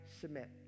submit